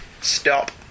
stop